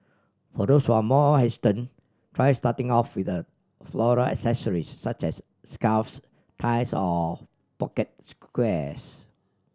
for those who are more hesitant try starting off with a floral accessories such as scarves ties of pocket squares